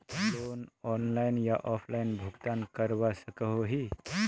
Loan online या offline भुगतान करवा सकोहो ही?